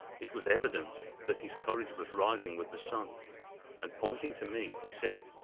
it was evident that his courage was rising with the sun and, pointing to me, he said,